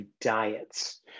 diets